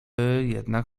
jednak